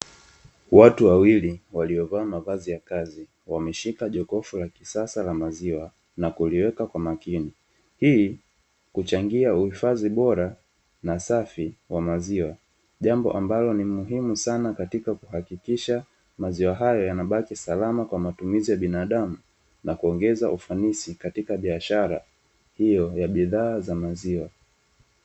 Watu wawili, waliyovaa mavazi ya kazi wameshika jokofu la kisasa la maziwa na kulieka kwa makini, hii huchangia uhifadhi bora na safi wa maziwa, jambo ambalo ni muhimu sana katika kuhakikisha maziwa hayo yanabaki salama kwa matumizi ya binadamu na kuongeza ufanisi katika biashara hiyo ya bidhaa za maziwa.